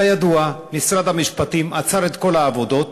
כידוע, משרד המשפטים עצר את כל העברת